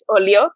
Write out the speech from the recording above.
earlier